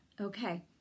okay